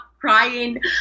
crying